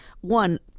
One